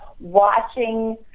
watching